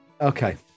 Okay